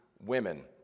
women